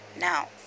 Now